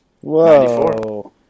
Whoa